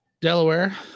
Delaware